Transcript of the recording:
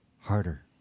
harder